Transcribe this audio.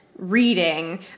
Reading